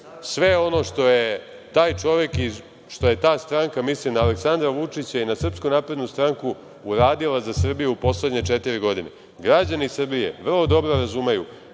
sve ono što je taj čovek i ta stranka, mislim na Aleksandra Vučića i na SNS, uradila za Srbiju u poslednje četiri godine. Građani Srbije vrlo dobro razumeju